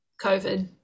COVID